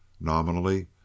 Nominally